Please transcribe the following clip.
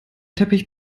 teppich